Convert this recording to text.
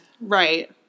Right